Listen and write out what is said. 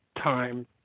time